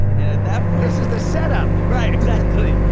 and at that place is the setup right. exactly.